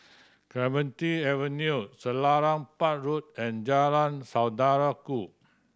Clementi Avenue Selarang Park Road and Jalan Saudara Ku